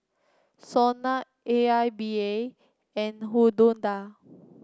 Sona A I B I and Hydundai